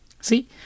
See